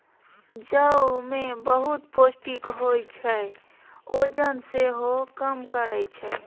जौ मे बहुत पौष्टिक होइ छै, ओजन सेहो कम करय छै